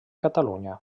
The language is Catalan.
catalunya